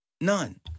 None